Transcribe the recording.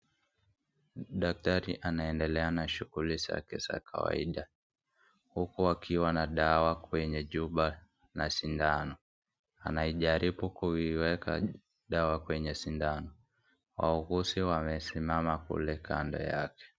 Daktari anaendelea na shughuli zake za kawaida, huku akiwa na dawa kwenye chupa na sindano. Anaijaribu kuiweka dawa kwenye sindano, wauguzi wamesimama kule kando yake.